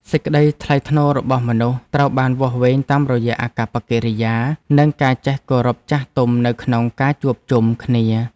សេចក្ដីថ្លៃថ្នូររបស់មនុស្សត្រូវបានវាស់វែងតាមរយៈអាកប្បកិរិយា និងការចេះគោរពចាស់ទុំនៅក្នុងការជួបជុំគ្នា។